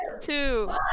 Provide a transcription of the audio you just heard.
two